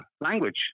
language